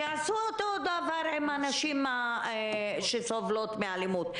יעשו אותו דבר עם הנשים שסובלות מאלימות.